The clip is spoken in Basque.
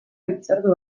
hitzordu